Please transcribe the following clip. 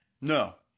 No